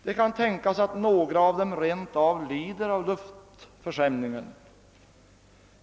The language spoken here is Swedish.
Det kan tänkas att några av dem rent av lider av luftförskämningen.